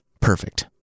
Perfect